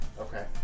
Okay